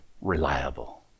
reliable